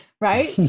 right